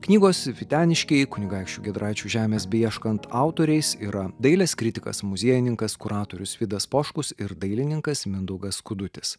knygos videniškiai kunigaikščių giedraičių žemės beieškant autoriais yra dailės kritikas muziejininkas kuratorius vidas poškus ir dailininkas mindaugas skudutis